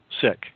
sick